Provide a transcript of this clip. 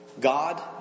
God